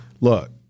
Look